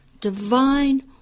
divine